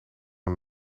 een